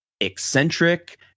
eccentric